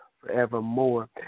forevermore